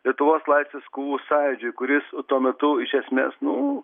lietuvos laisvės kovų sąjūdžiui kuris tuo metu iš esmės nu